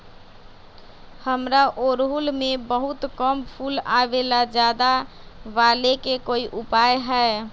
हमारा ओरहुल में बहुत कम फूल आवेला ज्यादा वाले के कोइ उपाय हैं?